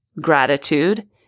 gratitude